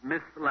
Miss